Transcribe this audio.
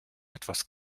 etwas